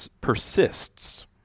persists